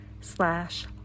slash